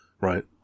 Right